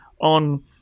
on